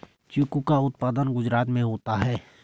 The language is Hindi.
चीकू का उत्पादन गुजरात में होता है